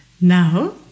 Now